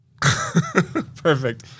perfect